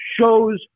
shows